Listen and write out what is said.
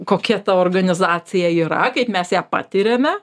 kokia ta organizacija yra kaip mes ją patiriame